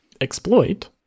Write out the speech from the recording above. exploit